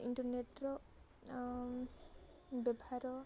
ଇଣ୍ଟରନେଟ୍ର ବ୍ୟବହାର